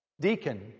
deacon